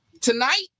Tonight